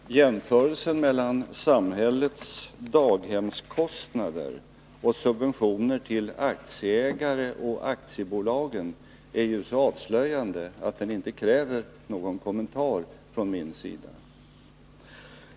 Herr talman! Jämförelsen mellan samhällets daghemskostnader och subventionerna till aktieägarna och aktiebolagen är ju så avslöjande att den inte kräver någon kommentar från min sida.